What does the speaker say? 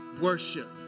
worship